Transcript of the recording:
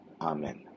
Amen